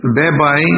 thereby